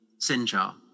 Sinjar